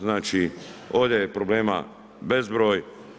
Znači, ovdje je problema bezbroj.